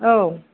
औ